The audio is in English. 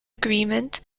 agreement